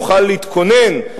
נוכל להתכונן,